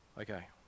Okay